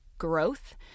growth